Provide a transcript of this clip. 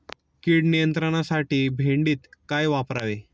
कीड नियंत्रणासाठी भेंडीत काय वापरावे?